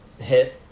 hit